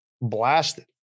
blasted